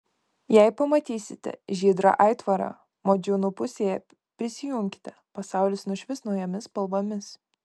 jei pamatysite žydrą aitvarą modžiūnų pusėje prisijunkite pasaulis nušvis naujomis spalvomis